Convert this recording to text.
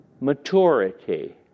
Maturity